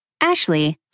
Ashley